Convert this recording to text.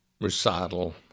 recital